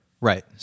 right